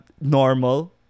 normal